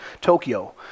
Tokyo